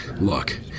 Look